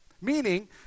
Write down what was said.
Meaning